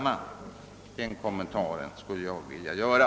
Det är den kommentar jag skulle vilja göra.